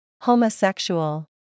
Homosexual